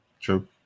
True